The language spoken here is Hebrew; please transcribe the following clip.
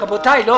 ולא